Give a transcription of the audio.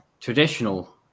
traditional